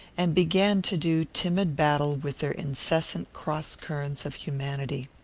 and began to do timid battle with their incessant cross-currents of humanity.